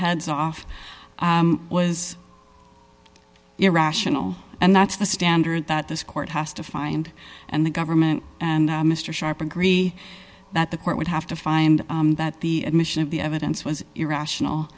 heads off was irrational and that's the standard that this court has to find and the government and mr sharp agree that the court would have to find that the admission of the evidence was irrational